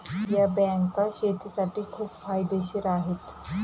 या बँका शेतीसाठी खूप फायदेशीर आहेत